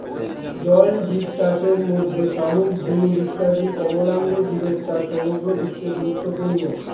জলজীবচাষের মধ্যে শামুক, ঝিনুক ইত্যাদি কোমলাঙ্গ জীবের চাষ সমগ্র বিশ্বে গুরুত্বপূর্ণ